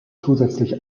zusätzlich